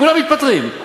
כולם מתפטרים,